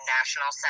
National